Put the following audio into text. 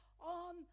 on